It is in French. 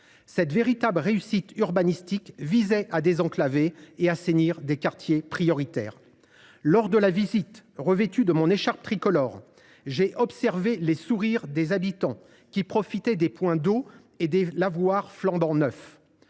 Cette véritable réussite urbanistique avait pour but de désenclaver et d’assainir des quartiers prioritaires. Lors de la visite, revêtu de mon écharpe tricolore, j’ai observé les sourires des habitants qui profitaient de points d’eau et de lavoirs flambant neufs.